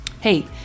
Hey